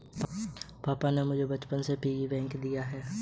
पापा ने मुझे बचपन में पिग्गी बैंक दिया था